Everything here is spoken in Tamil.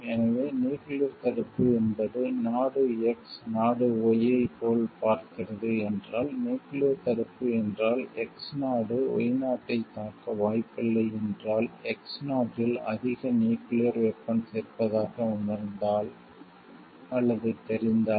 எனவே நியூக்கிளியர் தடுப்பு என்பது நாடு X நாடு Y ஐப் போல் பார்க்கிறது என்றால் நியூக்கிளியர் தடுப்பு என்றால் X நாடு Y நாட்டைத் தாக்க வாய்ப்பில்லை என்றால் X நாட்டில் அதிக நியூக்கிளியர் வெபன்ஸ் இருப்பதாக உணர்ந்தால் அல்லது தெரிந்தால்